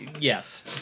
yes